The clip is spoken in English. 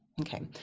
okay